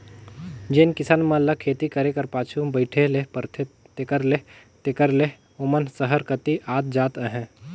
जेन किसान मन ल खेती करे कर पाछू बइठे ले परथे तेकर ले तेकर ले ओमन सहर कती आत जात अहें